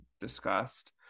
discussed